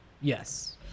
Yes